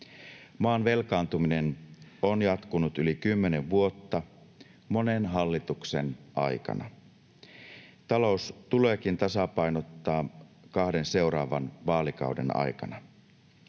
Maan velkaantuminen on jatkunut yli kymmenen vuotta, monen hallituksen aikana. Talous tuleekin tasapainottaa kahden seuraavan vaalikauden aikana.